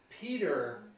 Peter